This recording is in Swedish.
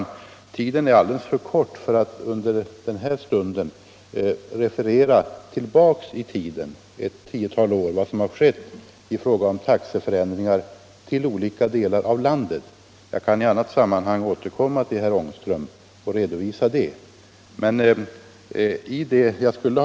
Den tid som nu står till mitt förfogande är alldeles för kort för att jag skall kunna referera vad som hänt under det senaste tiotalet år i fråga om taxeförändringar i olika delar av landet. Jag kan i annat sammanhang återkomma och redovisa det för herr Ångström.